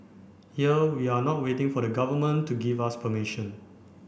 here we are not waiting for the Government to give us permission